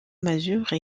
masure